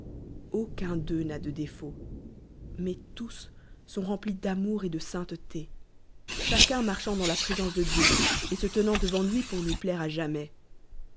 aucun deux n'a de défauts a mais tous sont remplis amour et de sainteté chacun marchant dans la présence de dieu et se tenant devant lui pour lui p aire à jamais